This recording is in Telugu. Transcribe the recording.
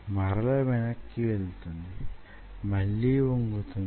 మరల వెనక్కి వెళుతుంది మళ్ళీ వంగుతుంది